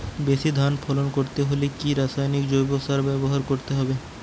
বেশি ধান ফলন করতে হলে কি রাসায়নিক জৈব সার ব্যবহার করতে হবে?